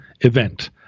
event